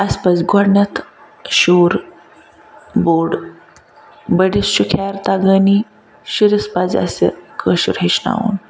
اَسہِ پَزِ گۄڈنیٚتھ شُر بوٚڑ بٔڑِس چھُ خیر تَگٲنی شُرِس پَزِ اَسہِ کٲشُر ہیٚچھناوُن